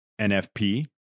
NFP